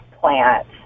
plant